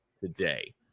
today